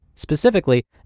Specifically